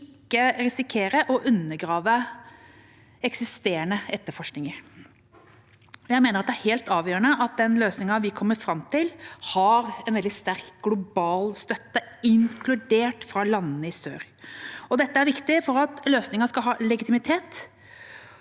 ikke risikere å undergrave eksisterende etterforskninger. Det er helt avgjørende at den løsningen vi kommer fram til, har en veldig sterk global støtte, inkludert fra landene i sør. Dette er viktig for at løsningen skal ha legitimitet,